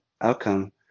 outcome